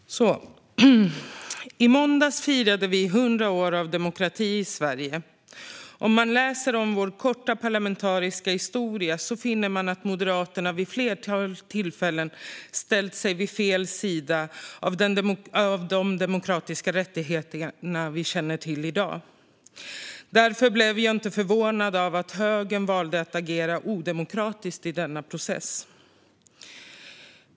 Fru talman! I måndags firade vi 100 år av demokrati i Sverige. Om man läser om vår korta parlamentariska historia finner man att Moderaterna vid ett flertal tillfällen ställt sig på fel sida av de demokratiska rättigheter vi känner till i dag. Därför blev jag inte förvånad över att högern valde att agera odemokratiskt i den här processen.